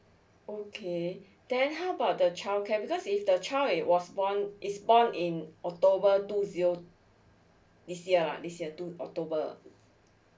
okay then how about the childcare because if the child is was born is born in october two zero this year lah this year due october